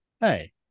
hey